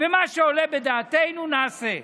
ומה שעולה בדעתנו נעשה.